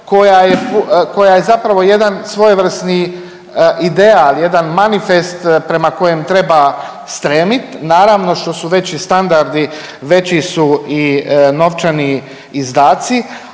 koja je zapravo jedan svojevrsni ideal, jedan manifest prema kojem treba stremit. Naravno što su veći standardi, veći su i novčani izdaci,